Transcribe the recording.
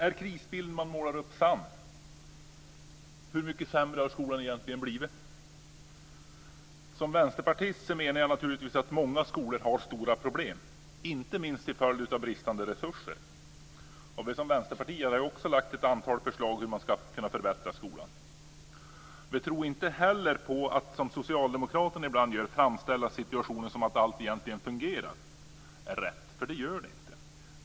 Är den krisbild man målar upp sann? Hur mycket sämre har skolan egentligen blivit? Som vänsterpartist menar jag naturligtvis att många skolor har stora problem, inte minst till följd av brist på resurser. Vänsterpartiet har också lagt fram ett antal förslag till hur man ska kunna förbättra skolan. Vi tror inte heller att det är rätt, som socialdemokraterna ibland gör, att framställa situationen som att allt egentligen fungerar. Det gör det inte.